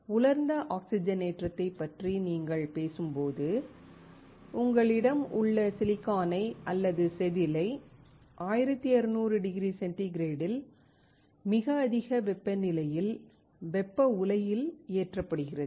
உலர்ந்த ஆக்ஸிஜனேற்றத்தைப் பற்றி நீங்கள் பேசும்போது உங்களிடம் உள்ள சிலிக்கானை அல்லது செதில் 1200 டிகிரி சென்டிகிரேடில் மிக அதிக வெப்பநிலையில் வெப்ப உலையில் ஏற்றப்படுகிறது